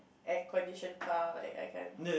air condition car like I can